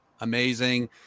amazing